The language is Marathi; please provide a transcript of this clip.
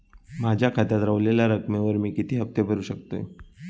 माझ्या खात्यात रव्हलेल्या रकमेवर मी किती हफ्ते भरू शकतय?